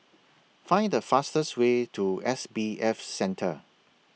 Find The fastest Way to S B F Center